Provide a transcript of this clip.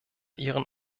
ihren